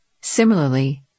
Similarly